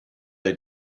the